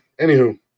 anywho